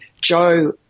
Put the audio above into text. Joe